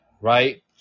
right